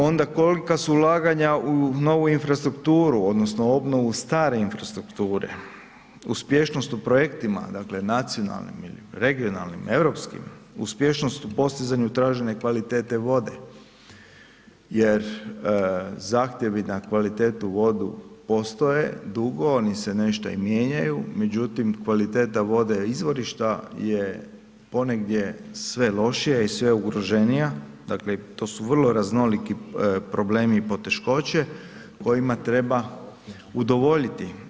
Onda kolika su ulaganja u novu infrastrukturu odnosno obnovu stare infrastrukture, uspješnost u projektima, dakle nacionalnim ili regionalnim, europskim, uspješnost u postizanju tražene kvalitete vode, jer zahtjevi na kvalitetnu vodu postoje dugo, oni se nešta i mijenjaju, međutim kvaliteta vode je, izvorišta je ponegdje sve lošija i sve ugroženija, dakle to su vrlo raznoliki problemi i poteškoće kojima treba udovoljiti.